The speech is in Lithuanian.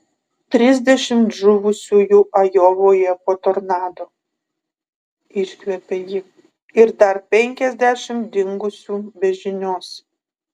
trisdešimt žuvusiųjų ajovoje po tornado iškvepia ji ir dar penkiasdešimt dingusių be žinios